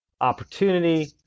opportunity